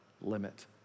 limit